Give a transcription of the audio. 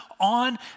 on